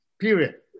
Period